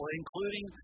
including